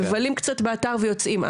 מבלים קצת באתר ויוצאים.